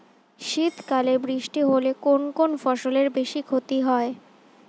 শীত কালে বৃষ্টি হলে কোন কোন ফসলের বেশি ক্ষতি হয়?